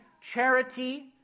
charity